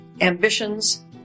ambitions